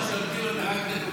אם תקרא לנו "משתמטים",